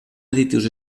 additius